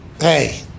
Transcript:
Hey